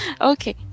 okay